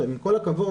עם כל הכבוד,